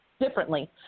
differently